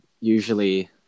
Usually